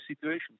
situation